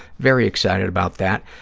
very excited about that.